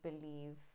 believe